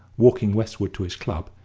walking westward to his club,